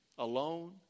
Alone